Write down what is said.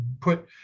put